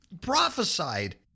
prophesied